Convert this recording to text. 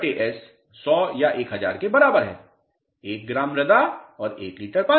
माना कि LS 100 या 1000 के बराबर है 1 ग्राम मृदा और 1 लीटर पानी